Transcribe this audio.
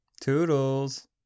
Toodles